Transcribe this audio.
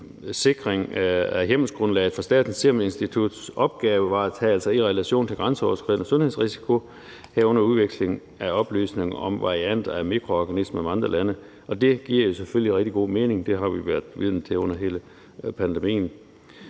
sikring af hjemmelsgrundlaget for Statens Serum Instituts opgavevaretagelser i relation til grænseoverskridende sundhedsrisiko, herunder udveksling af oplysning om varianter af mikroorganismer med andre lande. Det giver jo selvfølgelig rigtig god mening. Det har vi været vidne til under hele pandemien.